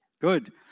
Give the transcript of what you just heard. Good